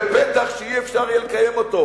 זה פתח שלא יהיה אפשר לקיים אותו.